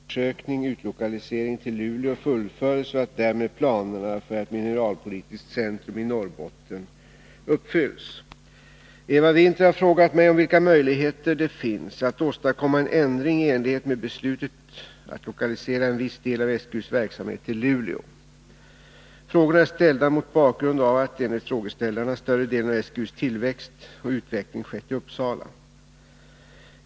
Fru talman! Filip Johansson har frågat mig vilka åtgärder jag vill medverka med för att Sveriges geologiska undersöknings utlokalisering till Luleå fullföljs och att därmed planerna för ett mineralpolitiskt centrum i Norrbotten uppfylls. Eva Winther har frågat mig om vilka möjligheter det finns att åstadkomma en ändring i enlighet med beslutet att lokalisera en viss del av SGU:s verksamhet till Luleå. Frågorna är ställda mot bakgrund av att, enligt frågeställarna, större delen av SGU:s tillväxt och utveckling skett i Uppsala.